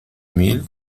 mil